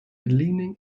leaning